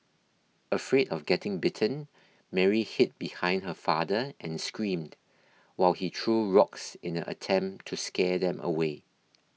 afraid of getting bitten Mary hid behind her father and screamed while he threw rocks in a attempt to scare them away